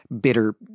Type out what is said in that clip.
bitter